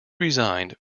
resigned